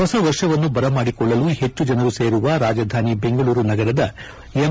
ಹೊಸ ವರ್ಷವನ್ನು ಬರಮಾಡಿಕೊಳ್ಳಲು ಹೆಚ್ಚು ಜನರು ಸೇರುವ ರಾಜಧಾನಿ ಬೆಂಗಳೂರು ನಗರದ ಎಂ